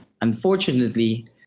unfortunately